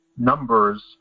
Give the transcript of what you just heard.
numbers